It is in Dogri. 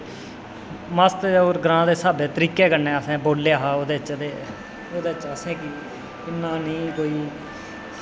मस्त और ग्रांऽ दे स्हाबै च तरीके कन्नै असें बोलेआ हा ओह्दे च ते ओह्दे च असेंगी इन्ना नेईं कोई